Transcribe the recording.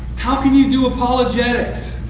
how can you do apologetics,